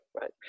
right